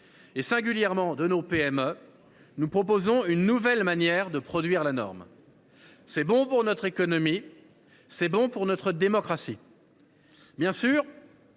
et moyennes entreprises (PME), nous proposons une nouvelle manière de produire la norme. C’est bon pour notre économie ; c’est bon pour notre démocratie.